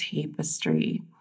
tapestry